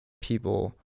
people